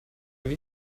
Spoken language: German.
wie